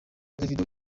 davido